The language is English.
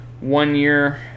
one-year